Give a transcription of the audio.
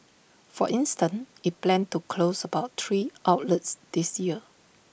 for instance IT plans to close about three outlets this year